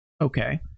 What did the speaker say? Okay